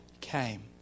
came